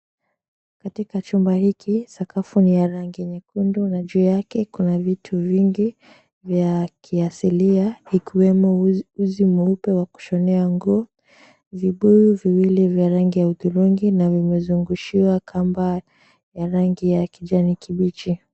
Katika chumba hiki sakafu ya rangi nyekundu, na juu yake kuna vitu vingi vya kiasilia ikiwemo uzi mweupe wa kushonea nguo, vibuyu viwili vya rangi ya hudhurungi na vimezungushiwa kamba ya rangi ya kijani kibichi.